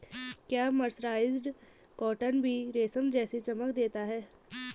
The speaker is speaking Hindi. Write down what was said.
क्या मर्सराइज्ड कॉटन भी रेशम जैसी चमक देता है?